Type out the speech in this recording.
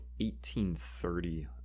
1830